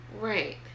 Right